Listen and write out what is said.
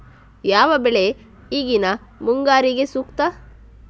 ಯಾವ ಬೆಳೆ ಈಗಿನ ಮುಂಗಾರಿಗೆ ಸೂಕ್ತ?